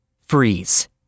freeze